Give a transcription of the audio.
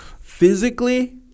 physically